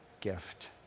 gift